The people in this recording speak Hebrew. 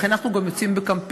לכן אנחנו גם יוצאים בקמפיין.